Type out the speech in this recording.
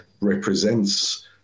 represents